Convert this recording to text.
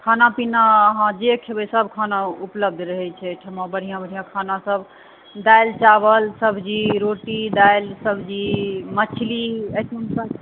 खाना पीना अहाँ जे कहबै सब खाना उपलब्ध रहै छै एहिठमा बढ़िऑं बढ़िऑं खाना सब दालि चावल सब्जी रोटी दालि सब्जी मछली एखन तऽ